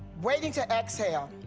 waiting to exhale.